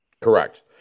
Correct